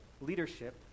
leadership